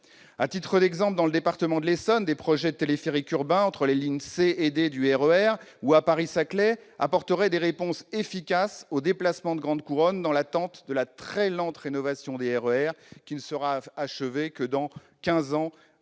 À titre d'exemple, dans le département de l'Essonne, des projets de téléphériques urbains entre les lignes C et D du RER ou à Paris-Saclay apporteraient des réponses efficaces aux déplacements en grande couronne dans l'attente de la très lente rénovation des RER, qui ne sera évidemment achevée que dans quinze